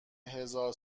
هزار